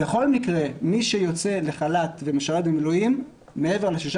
בכל מקרה מי שיוצא לחל"ת ומשרת במילואים מעבר לשישה